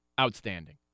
Outstanding